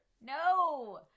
no